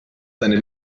seine